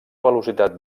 velocitat